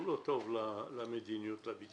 הוא לא טוב למדיניות הביצוע.